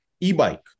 e-bike